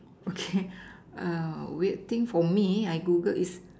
okay weird thing for me I Googled is